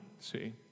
See